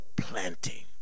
planting